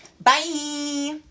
Bye